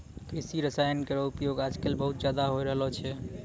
कृषि रसायन केरो उपयोग आजकल बहुत ज़्यादा होय रहलो छै